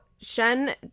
Shen